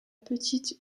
petite